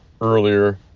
earlier